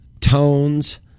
tones